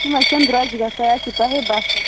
یِم حَظ چھِ نہٕ درۄجہٕ گژھان یہِ حِظ چھُ تۄہے باسان